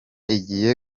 igiye